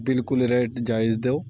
بالکل ریٹ جائز دو